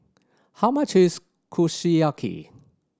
how much is Kushiyaki